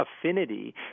affinity